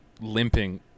limping